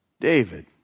David